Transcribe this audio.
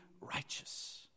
righteous